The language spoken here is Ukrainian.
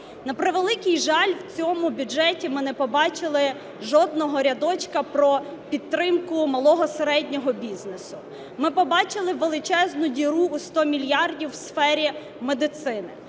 На превеликий жаль, в цьому бюджеті ми не побачили жодного рядочка про підтримку малого і середнього бізнесу. Ми побачили величезну діру у 100 мільярдів у сфері медицини.